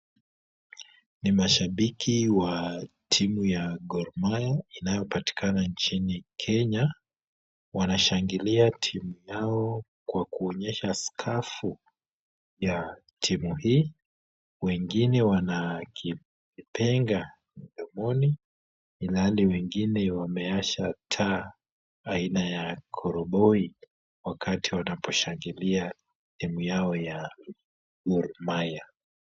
Ni mashabiki wa timu ya Gor Mahia inayopatikana nchini Kenya, wanashangilia timu yao kwa kuonyesha skafu ya timu hii. Wengine wanakipenga mdomoni, ilhali wengine wameasha taa aina ya koroboi wakati wanaposhangilia timu yao ya Gor Mahia.